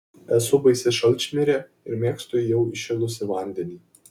esu baisi šalčmirė ir mėgstu jau įšilusį vandenį